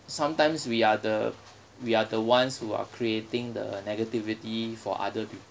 sometimes we are the we are the ones who are creating the negativity for other people